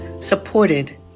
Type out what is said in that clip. supported